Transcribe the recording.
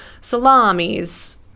salamis